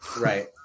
Right